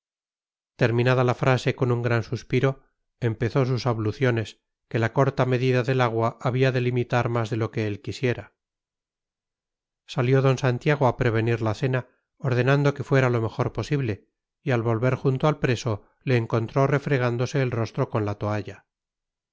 terminada la frase con un gran suspiro empezó sus abluciones que la corta medida del agua había de limitar más de lo que él quisiera salió d santiago a prevenir la cena ordenando que fuera lo mejor posible y al volver junto al preso le encontró refregándose el rostro con la toalla